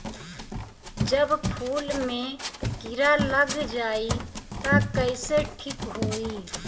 जब फूल मे किरा लग जाई त कइसे ठिक होई?